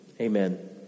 Amen